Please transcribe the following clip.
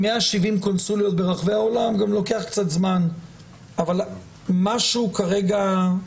עם 170 קונסוליות ברחבי העולם גם לוקח זמן אבל משהו כרגע...